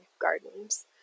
gardens